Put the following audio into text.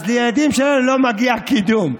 אז לילדים שלנו לא מגיע קידום?